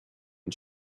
and